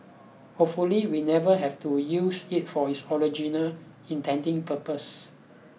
hopefully we never have to use it for its original intending purpose